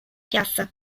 piazza